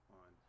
on